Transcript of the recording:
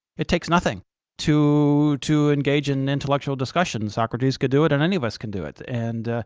it takes nothing to to engage in intellectual discussion. socrates could do it and any of us can do it and,